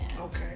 Okay